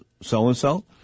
so-and-so